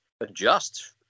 adjust